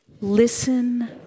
Listen